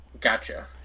Gotcha